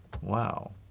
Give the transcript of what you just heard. Wow